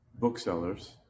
booksellers